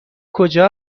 کجا